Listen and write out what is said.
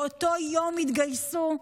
באותו יום התגייסו,